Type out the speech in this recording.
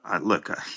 look